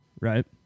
right